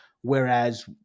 Whereas